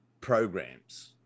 programs